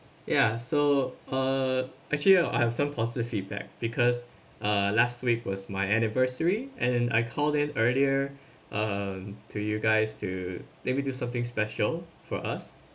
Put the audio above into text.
ya so uh actually I have some positive feedback because uh last week was my anniversary and I call them earlier um to you guys to let me do something special for us